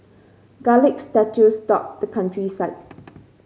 garlic statues dot the countryside